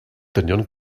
dynion